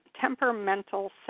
temperamental